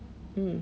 mm